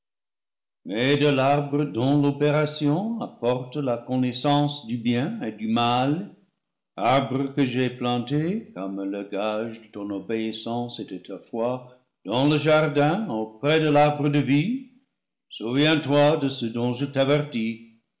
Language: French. de l'arbre dont l'o pération apporte la connaissance du bien et du mal arbre que j'ai planté comme le gage de ton obéissance et de ta foi dans le jardin auprès de l'arbre de vie souviens-toi de